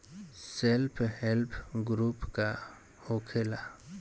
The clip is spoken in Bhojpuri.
सेल्फ हेल्प ग्रुप का होखेला?